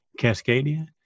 Cascadia